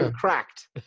cracked